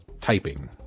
typing